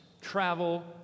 travel